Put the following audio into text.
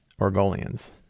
Orgolians